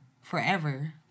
forever